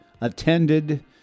attended